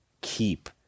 keep